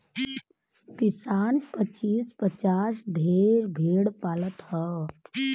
किसान पचीस पचास ठे भेड़ पालत हौ